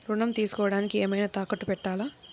ఋణం తీసుకొనుటానికి ఏమైనా తాకట్టు పెట్టాలా?